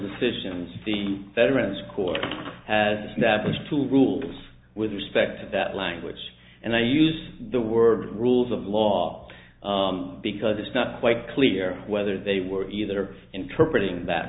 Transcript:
decisions the veterans court as opposed to rules with respect to that language and i use the word rules of law because it's not quite clear whether they were either interpreting that